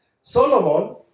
Solomon